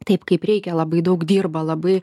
taip kaip reikia labai daug dirba labai